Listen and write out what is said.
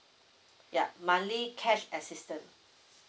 yup monthly cash assistance